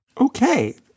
Okay